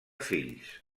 fills